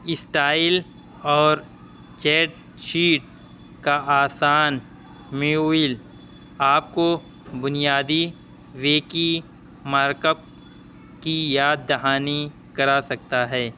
style اور cheat sheet کا آسان میوئل آپ کو بنیادی ویکی مارک اپ کی یاد دہانی کرا سکتا ہے